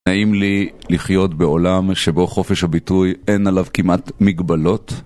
נעים לי לחיות בעולם שבו חופש הביטוי אין עליו כמעט מגבלות.